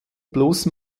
bloßem